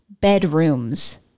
bedrooms